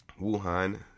Wuhan